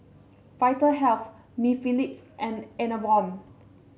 Vitahealth Mepilex and Enervon